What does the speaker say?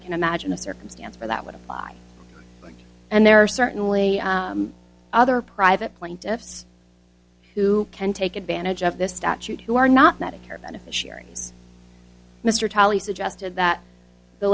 can imagine a circumstance for that would apply and there are certainly other private plaintiffs who can take advantage of this statute who are not medicare beneficiaries mr tolley suggested that the